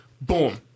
boom